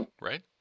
Right